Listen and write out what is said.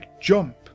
jump